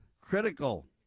critical